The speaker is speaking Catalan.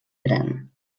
gran